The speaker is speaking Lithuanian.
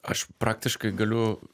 aš praktiškai galiu